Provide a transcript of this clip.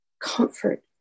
comfort